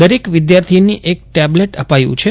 દરેક વિદ્યાર્થીને એક ટેબલેટ અપાયું છે